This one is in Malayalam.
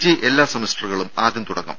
ജി എല്ലാ സെമസ്റ്ററുകളും ആദ്യം തുടങ്ങും